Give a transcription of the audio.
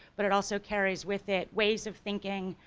but it also carries with it ways of thinking,